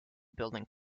building